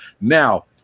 Now